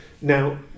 Now